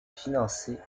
financés